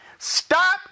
Stop